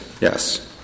yes